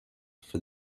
for